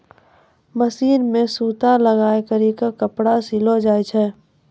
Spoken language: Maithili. मशीन मे सूता लगाय करी के कपड़ा सिलो जाय छै